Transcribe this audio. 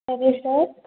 అదే సార్